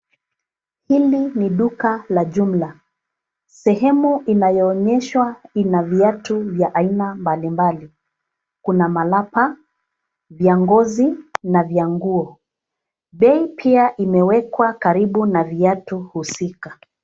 Hili ni duka la jumla. Sehemu inayoonyeshwa ina viatu ya aina mbalimbali. Kuna malapa, viangozi, na vianguo. Bei pia imewekwa karibu na viatu husika.